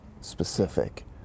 specific